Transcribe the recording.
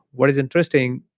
what is interesting,